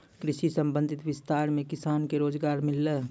कृषि संबंधी विस्तार मे किसान के रोजगार मिल्लै